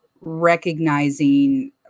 recognizing